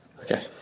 Okay